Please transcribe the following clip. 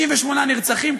58 נרצחים,